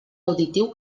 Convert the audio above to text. auditiu